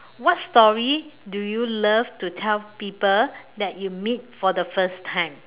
what story do you love to tell people that you meet for the first time